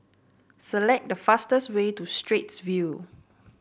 select the fastest way to Straits View